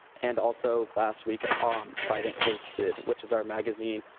and also, last week, um trident hosted, which is our magazine,